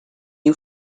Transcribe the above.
you